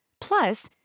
Plus